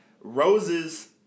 Roses